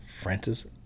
Francis